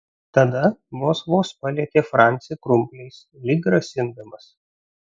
tada vos vos palietė francį krumpliais lyg grasindamas